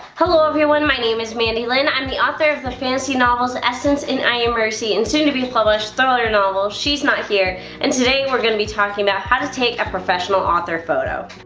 hello everyone my name is mandi lynn and i'm the author of the fantasy novels essence in i am mercy and soon to be published thriller novel she's not here and today we're gonna be talking about how to take a professional author photo